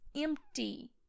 empty